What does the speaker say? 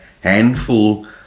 handful